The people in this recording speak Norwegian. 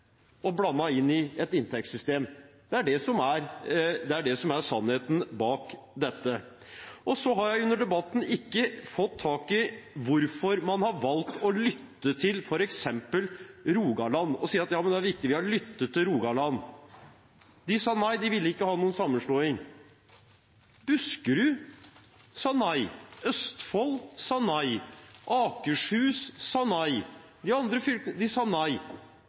Venstre, blandet inn i et inntektssystem. Det er det som er sannheten bak dette. Jeg har under debatten ikke fått tak i hvorfor man har valgt å lytte til f.eks. Rogaland og si at ja, det er viktig, de har lyttet til Rogaland. De sa nei, de ville ikke ha noen sammenslåing. Buskerud sa nei, Østfold sa nei, Akershus sa nei, flere andre